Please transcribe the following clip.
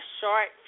short